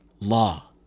law